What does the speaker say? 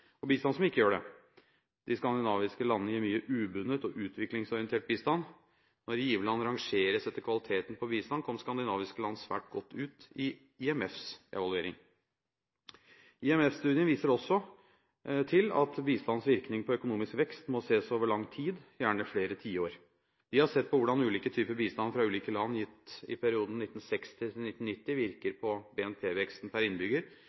og bistand som ikke gjør det. De skandinaviske landene gir mye ubundet og utviklingsorientert bistand. Når giverland rangeres etter kvaliteten på bistand, kom skandinaviske land svært godt ut i IMFs evaluering. IMF-studien viser også til at bistandens virkning på økonomisk vekst må ses over lang tid, gjerne flere tiår. De har sett på hvordan ulike typer bistand fra ulike land gitt i perioden 1960–1990 virker på BNP-veksten per innbygger